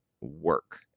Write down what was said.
work